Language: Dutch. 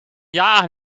jaren